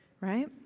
right